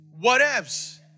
whatevs